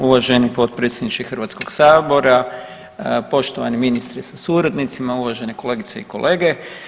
Uvažani potpredsjedniče Hrvatskoga sabora, poštovani ministre sa suradnicima, uvažene kolegice i kolege.